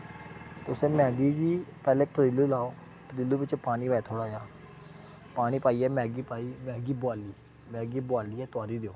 उस मैह्गी गी पैह्ले बोआली लैओ पतीले बिच्च पानी लैओ थोह्ड़ा जा पानी पाइयै मैह्गी पाइयै मैह्गी बोआली मैह्गी बोआलियै तोआरी ओड़ो